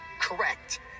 correct